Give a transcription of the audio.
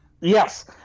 Yes